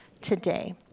today